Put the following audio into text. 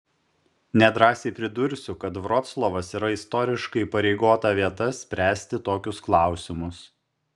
nedrąsiai pridursiu kad vroclavas yra istoriškai įpareigota vieta spręsti tokius klausimus